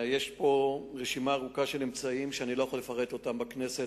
יש פה רשימה ארוכה של אמצעים שאני לא יכול לפרט אותם בכנסת,